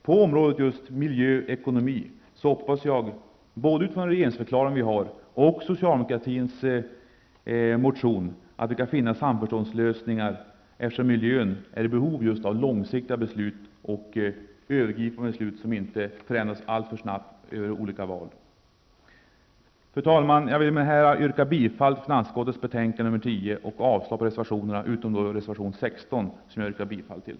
På området miljö--ekonomi hoppas jag, med tanke på både regeringsförklaringen och socialdemokratins motion, att vi kan finna samförståndslösningar, eftersom det behövs långsiktiga beslut på miljöområdet, övergripande beslut som inte förändras alltför snabbt över val. Fru talman! Jag vill med detta yrka bifall till hemställan i finansutskottets betänkande 10 och avslag på reservationerna, utom reservation 16 som jag yrkar bifall till.